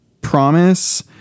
promise